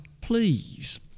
please